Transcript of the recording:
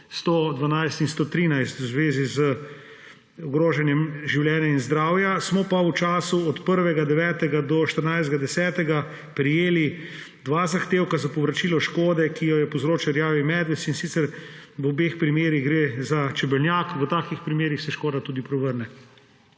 112 in 113 v zvezi z ogrožanjem življenja in zdravja. Smo pa v času od 1. 9. do 14. 10. prejeli dva zahtevka za povračilo škode, ki jo je povzročil rjavi medved, in sicer v obeh primerih gre za čebelnjak. V takih primerih se škoda tudi povrne.